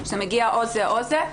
שזה מגיע או זה או זה,